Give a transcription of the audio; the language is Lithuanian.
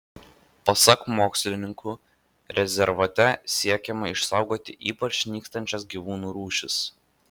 pasak mokslininkų rezervate siekiama išsaugoti ypač nykstančias gyvūnų rūšis